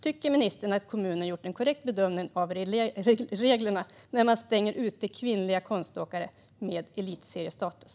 Tycker ministern att kommunen gjort en korrekt tolkning av reglerna när man stänger ute kvinnliga konståkare med elitseriestatus?